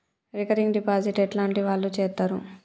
Recurring deposit ఎట్లాంటి వాళ్లు చేత్తరు?